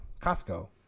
Costco